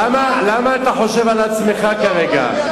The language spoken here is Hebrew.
למה אתה חושב על עצמך כרגע?